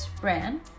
brand